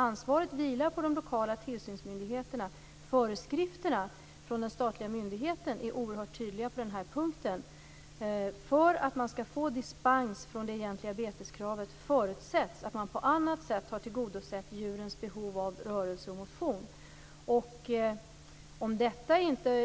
Ansvaret vilar på de lokala tillsynsmyndigheterna. Föreskrifterna från den statliga myndigheten är oerhört tydliga på den här punkten. För att man skall få dispens från det egentliga beteskravet förutsätts att man på annat sätt har tillgodosett djurens behov av rörelse och motion. Om detta